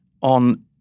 on